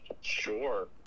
sure